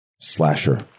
slasher